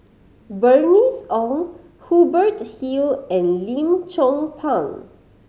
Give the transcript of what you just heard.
Bernice Ong Hubert Hill and Lim Chong Pang